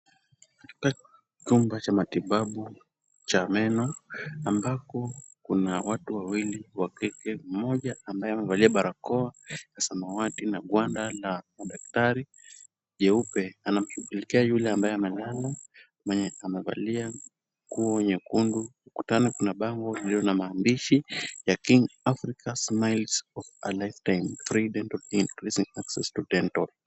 Katika chumba cha matibabu cha meno, ambako kuna watu wawili wa kike, mmoja ambaye amevalia barakoa ya samawati na gwanda la udaktari jeupe. Anamshughulikia yule ambaye amelala, mweye amevalia nguo nyekundu. Ukutani kuna bango lililo na maandishi ya Kinga Africa smiles of a Lifetime, free dental increasing access to dental .